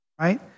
right